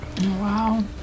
Wow